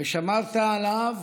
שמרת עליו,